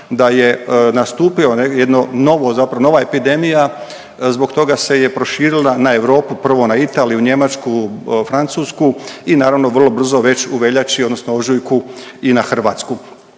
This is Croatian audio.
da je nastupilo jedno novo, zapravo nova epidemija, zbog toga se je proširila na Europu, prvo na Italiju, Njemačku, Francusku i naravno vrlo brzo već u veljači odnosno u ožujku i na Hrvatsku.